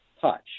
touch